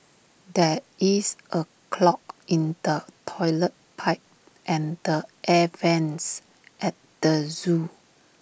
there is A clog in the Toilet Pipe and the air Vents at the Zoo